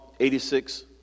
86